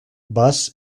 bus